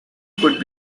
could